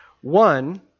One